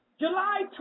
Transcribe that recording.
July